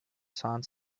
sahen